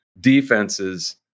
defenses